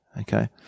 Okay